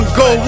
go